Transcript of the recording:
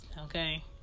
okay